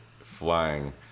flying